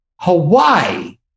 Hawaii